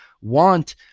want